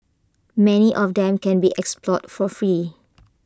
many of them can be explored for free